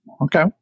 Okay